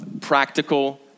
practical